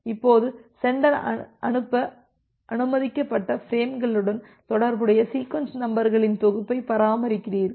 இப்போது சென்டர் அனுப்ப அனுமதிக்கப்பட்ட பிரேம்களுடன் தொடர்புடைய சீக்வென்ஸ் நம்பர்களின் தொகுப்பை பராமரிக்கிறார்